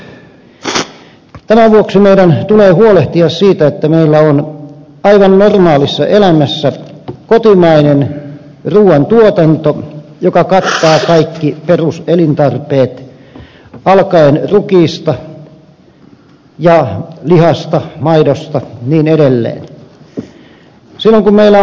tämän vuoksi meidän tulee huolehtia siitä että meillä on aivan normaalissa elämässä kotimainen ruuantuotanto joka kattaa kaikki peruselintarpeet alkaen rukiista ja lihasta maidosta ja niin edelleen